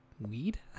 weed